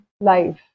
life